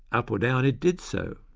up or down it did so.